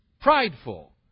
Prideful